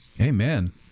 Amen